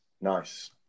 Nice